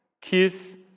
Kiss